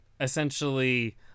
essentially